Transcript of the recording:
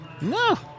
No